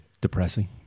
depressing